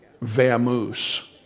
Vamoose